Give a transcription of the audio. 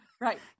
Right